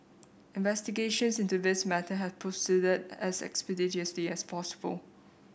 investigations into this matter have proceeded as expeditiously as possible